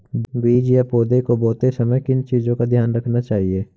बीज या पौधे को बोते समय किन चीज़ों का ध्यान रखना चाहिए?